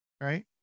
right